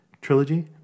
Trilogy